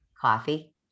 Coffee